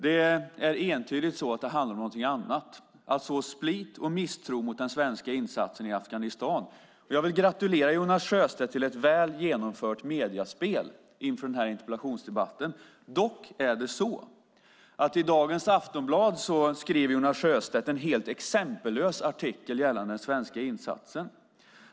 Det är entydigt så att det handlar om någonting annat, nämligen att så split och misstro mot den svenska insatsen i Afghanistan. Jag vill gratulera Jonas Sjöstedt till ett väl genomfört mediespel inför denna interpellationsdebatt. Dock har Jonas Sjöstedt i dagens Aftonbladet skrivit en helt exempellös artikel gällande den svenska insatsen.